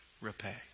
repay